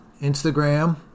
Instagram